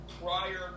prior